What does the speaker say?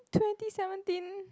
twenty seventeen